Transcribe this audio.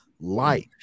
life